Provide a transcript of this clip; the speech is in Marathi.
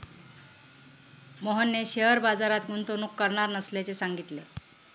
मोहनने शेअर बाजारात गुंतवणूक करणार नसल्याचे सांगितले